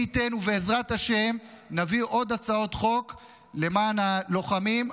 מי ייתן ובעזרת השם נביא עוד הצעות חוק למען הלוחמים,